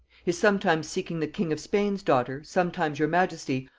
his sometimes seeking the king of spain's daughter, sometimes your majesty,